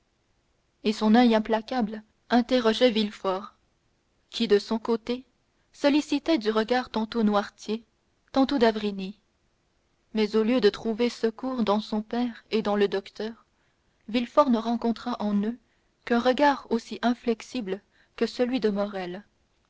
et son oeil implacable interrogeait villefort qui de son côté sollicitait du regard tantôt noirtier tantôt d'avrigny mais au lieu de trouver secours dans son père et dans le docteur villefort ne rencontra en eux qu'un regard aussi inflexible que celui de morrel